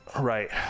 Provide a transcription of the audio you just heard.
Right